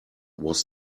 was